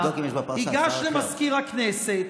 ייגש למזכיר הכנסת,